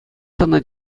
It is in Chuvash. тӑнӑ